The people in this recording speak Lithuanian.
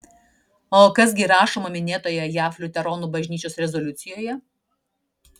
o kas gi rašoma minėtoje jav liuteronų bažnyčios rezoliucijoje